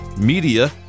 media